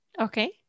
Okay